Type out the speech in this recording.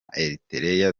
eritrea